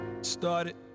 Started